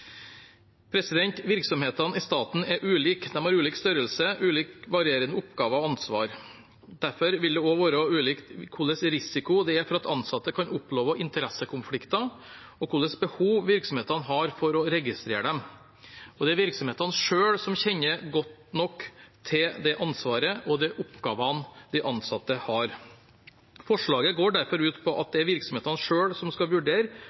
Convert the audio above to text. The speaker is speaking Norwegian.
Virksomhetene i staten er ulike. De har ulik størrelse og varierende oppgaver og ansvar. Derfor vil det også være ulikt hvilken risiko det er for at ansatte kan oppleve interessekonflikter, og hvilket behov virksomhetene har for å registrere dem. Det er virksomhetene selv som kjenner godt nok til det ansvaret og de oppgavene de ansatte har. Forslaget går derfor ut på at det er virksomhetene selv som skal vurdere